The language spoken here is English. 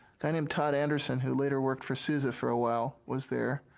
kind of todd anderson, who later worked for suse ah for a while was there.